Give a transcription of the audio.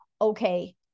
okay